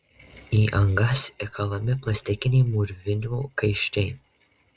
į angas įkalami plastikiniai mūrvinių kaiščiai